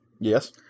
Yes